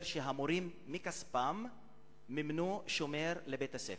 שבהם המורים מימנו מכספם שומר לבית-הספר.